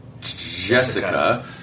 Jessica